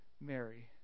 Mary